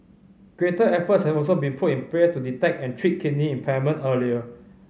greater efforts have also been put in place to detect and treat kidney impairment earlier